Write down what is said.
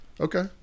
Okay